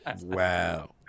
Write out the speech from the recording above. Wow